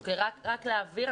להבהיר.